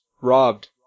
robbed